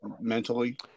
mentally